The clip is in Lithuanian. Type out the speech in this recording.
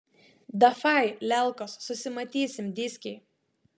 dafai lelkos susimatysim dyskėj